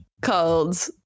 called